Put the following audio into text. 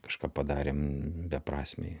kažką padarėm beprasmiai